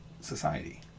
society